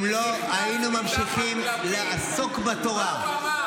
אם לא היינו ממשיכים לעסוק בתורה -- מה הוא אמר?